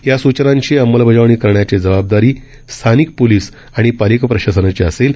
या सूचनांची अंमलबजावणी करण्याची जबाबदारी स्थानिक पोलीस आणि पालिका प्रशासनाची असेल